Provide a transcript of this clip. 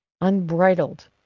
unbridled